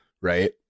Right